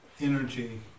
energy